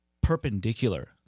perpendicular